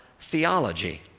theology